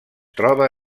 troba